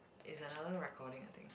is another recording I think